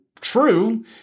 true